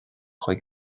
chuig